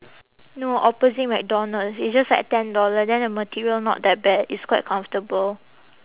no opposite McDonald's it's just like ten dollar then the material not that bad it's quite comfortable